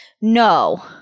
No